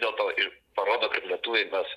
dėlto ir parodo kad lietuviai mes